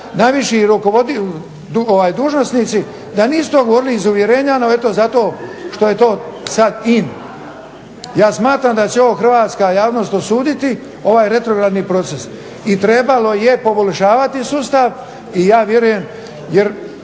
najviši dužnosnici, da nisu to govorili iz uvjerenja. No eto zato što je to sad in. Ja smatram da će ovo hrvatska javnost osuditi ovaj retrogradni proces i trebalo je poboljšavati sustav i ja vjerujem. Jer